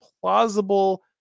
plausible